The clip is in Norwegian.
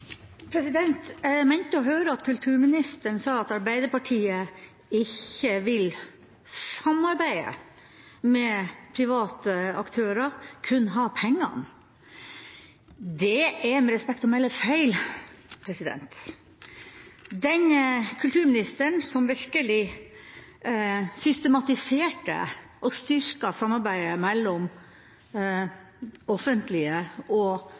for. Jeg mente å høre at kulturministeren sa at Arbeiderpartiet ikke vil samarbeide med private aktører, kun ha pengene. Det er, med respekt å melde, feil. Den kulturministeren som virkelig systematiserte og styrket samarbeidet mellom offentlige og